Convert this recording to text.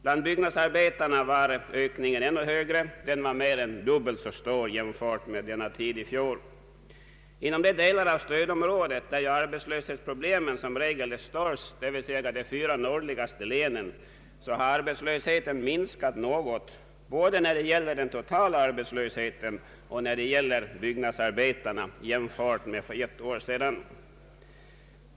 Bland byggnadsarbetarna var ökningen ännu större, d. v. s. mer än dubbelt så stor jämfört med samma tid i fjol. Inom de delar av stödområdet där arbetslöshetsproblemen är som störst, d. v. s. i de fyra nordligaste länen, har arbetslösheten minskat något både totalt och när det gäller byggnadsarbetarna jämfört med för ett år sedan.